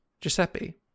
Giuseppe